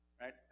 Right